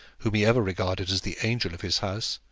whom he ever regarded as the angel of his house,